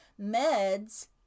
meds